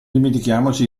dimentichiamoci